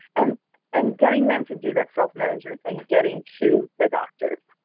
and and getting them to do that self-management and getting to the doctor.